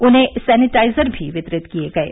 उन्हें सैनिटाइजर भी वितरित किये गये